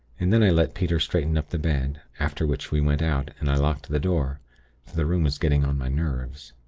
and then i let peter straighten up the bed after which we went out, and i locked the door for the room was getting on my nerves.